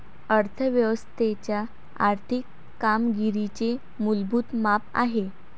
अर्थ व्यवस्थेच्या आर्थिक कामगिरीचे मूलभूत माप आहे